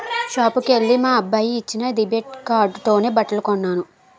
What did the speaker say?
షాపుకెల్లి మా అబ్బాయి ఇచ్చిన డెబిట్ కార్డుతోనే బట్టలు కొన్నాను